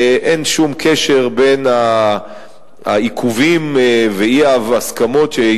אין שום קשר בין העיכובים והאי-הסכמות עם